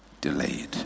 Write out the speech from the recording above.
delayed